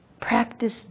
Practice